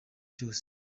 cyose